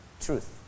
truth